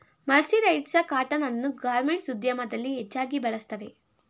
mercerised cotton ಅನ್ನು garments ಉದ್ಯಮದಲ್ಲಿ ಹೆಚ್ಚಾಗಿ ಬಳ್ಸತ್ತರೆ